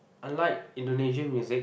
unlike Indonesian music